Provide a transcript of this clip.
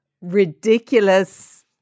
ridiculous